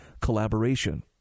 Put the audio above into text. collaboration